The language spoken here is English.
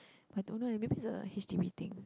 I don't know eh maybe is the H_D_B thing